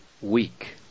weak